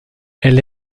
elle